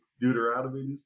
Deuteronomy